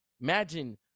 Imagine